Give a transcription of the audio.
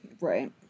Right